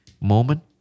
moment